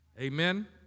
Amen